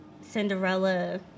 Cinderella